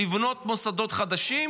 לבנות מוסדות חדשים,